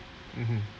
mmhmm